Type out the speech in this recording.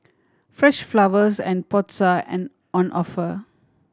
fresh flowers and pots are an on offer